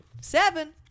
seven